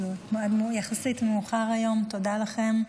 יחסית מאוחר היום, תודה לכם.